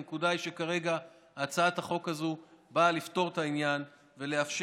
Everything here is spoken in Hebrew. הנקודה היא שכרגע הצעת החוק הזו באה לפתור את העניין ולאפשר